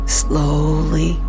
slowly